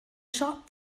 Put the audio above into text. siop